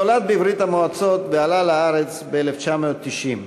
הוא נולד בברית-המועצות ועלה לארץ ב-1990.